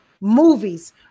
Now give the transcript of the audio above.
movies